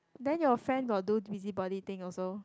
then your friend got do busy body thing also